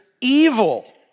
evil